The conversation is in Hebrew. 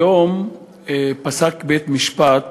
היום פסק בית-משפט